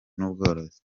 n’ubworozi